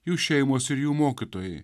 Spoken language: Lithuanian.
jų šeimos ir jų mokytojai